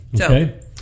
Okay